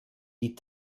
die